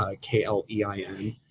K-L-E-I-N